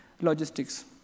logistics